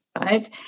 right